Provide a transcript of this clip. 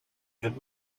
and